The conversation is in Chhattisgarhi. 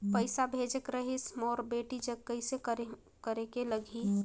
पइसा भेजेक रहिस मोर बेटी जग कइसे करेके लगही?